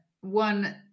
one